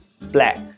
black